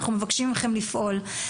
אנחנו מבקשים מכם לפעול.